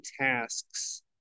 tasks